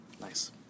Nice